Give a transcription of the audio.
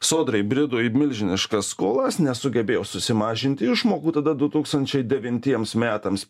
sodra įbrido į milžiniškas skolas nesugebėjo susimažinti išmokų tada du tūkstančiai devintiems metams